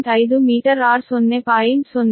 5 metre r 0